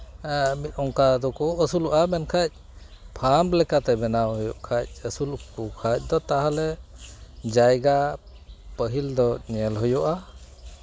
ᱚᱱᱠᱟ ᱫᱚᱠᱚ ᱟᱹᱥᱩᱞᱚᱜᱼᱟ ᱢᱮᱱᱠᱷᱟᱱ ᱯᱷᱟᱨᱢ ᱞᱮᱠᱟᱛᱮ ᱵᱮᱱᱣ ᱦᱩᱭᱩᱜ ᱠᱷᱟᱱ ᱟᱹᱥᱩᱞ ᱠᱚ ᱠᱷᱟᱱ ᱫᱚ ᱛᱟᱦᱞᱮ ᱡᱟᱭᱜᱟ ᱯᱟᱹᱦᱤᱞ ᱫᱚ ᱧᱮᱞ ᱦᱩᱭᱩᱜᱼᱟ